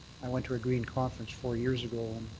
i went to a green conference four years ago and